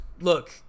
Look